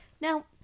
Now